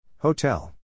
Hotel